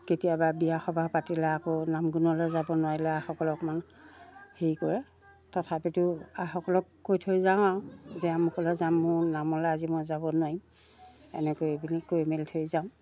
কেতিয়াবা বিয়া সভাহ পাতিলে আকৌ নাম গুণলৈ যাব নোৱাৰিলে আইসকলে অকমান হেৰি কৰে তথাপিতো আইসকলক কৈ থৈ যাওঁ আৰু যে আমুকলৈ যাম মোৰ নামলৈ আজি মই যাব নোৱাৰিম এনেকৈ বুলি কৈ মেলি থৈ যাওঁ